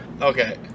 Okay